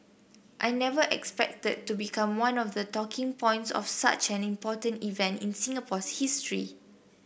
I never expected to become one of the talking points of such an important event in Singapore's history